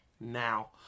now